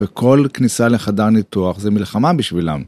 וכל כניסה לחדר ניתוח זה מלחמה בשבילם.